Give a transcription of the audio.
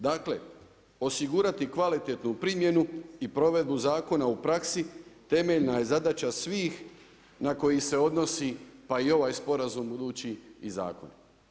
Dakle, osigurati kvalitetnu primjenu i provedbu zakona u praksi temeljna je zadaća svih na koji se odnosi pa i ovaj sporazum budući i zakoni.